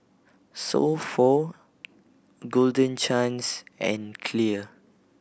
So Pho Golden Chance and Clear